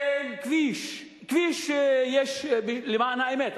אין כביש, כביש יש, למען האמת.